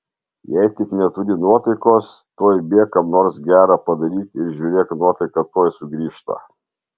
jei tik neturi nuotaikos tuoj bėk kam nors gera padaryk ir žiūrėk nuotaika tuoj sugrįžta